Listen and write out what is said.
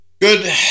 Good